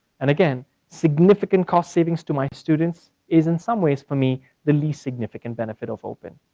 and again, significant cost savings to my students is in some ways for me the least significant benefit of open.